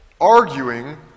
arguing